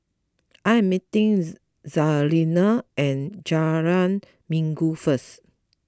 I am meeting Jazlene at Jalan Minggu first